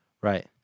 Right